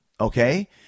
okay